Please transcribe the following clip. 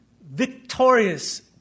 victorious